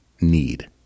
need